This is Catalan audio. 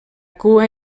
cua